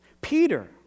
Peter